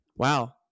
Wow